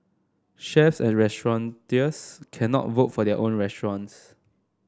chefs and restaurateurs cannot vote for their own restaurants